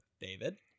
David